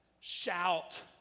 shout